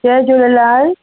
Jay Jhulelal